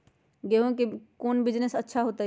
गेंहू के कौन बिजनेस अच्छा होतई?